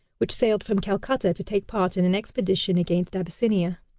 which sailed from calcutta to take part in an expedition against abyssinia.